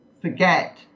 forget